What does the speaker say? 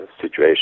situation